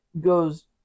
goes